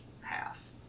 half